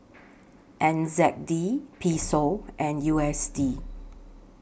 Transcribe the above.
N Z D Peso and U S D